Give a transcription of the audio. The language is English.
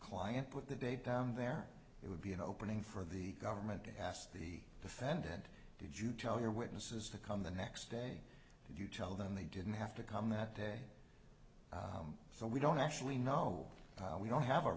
client put the date down there it would be an opening for the government to ask the defendant did you tell your witnesses to come the next day and you tell them they didn't have to come that day so we don't actually know we don't have a